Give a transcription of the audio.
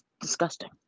disgusting